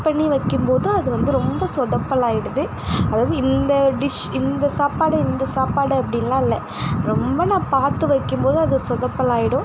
பண்ணி வைக்கும் போது அது வந்து ரொம்ப சொதப்பலாகிடுது அதாவது இந்த டிஷ் இந்த சாப்பாடு இந்த சாப்பாடு அப்படின்லா இல்லை ரொம்ப நான் பார்த்து வைக்கும்போது அது சொதப்பலாகிடும்